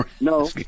No